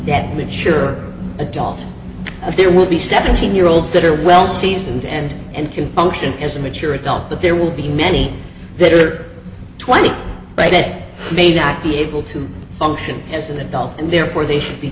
that mature adult there will be seventeen year olds that are well seasoned and and can function as a mature adult but there will be many that are twenty but it may not be able to function as an adult and therefore they should be